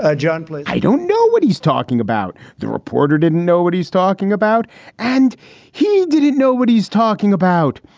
ah john i don't know what he's talking about. the reporter didn't know what he's talking about and he didn't know what he's talking about.